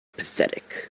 pathetic